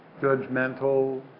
judgmental